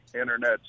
Internet